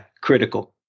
critical